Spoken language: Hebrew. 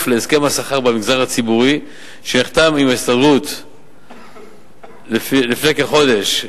להסכם השכר במגזר הציבורי שנחתם עם ההסתדרות לפני כחודש,